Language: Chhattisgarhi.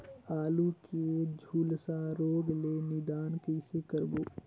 आलू के झुलसा रोग ले निदान कइसे करबो?